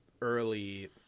early